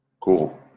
Cool